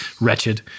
wretched